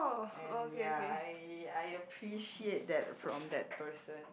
and ya I I appreciate that from that person